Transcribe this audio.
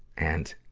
and,